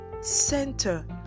center